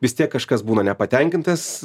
vis tiek kažkas būna nepatenkintas